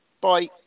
Bye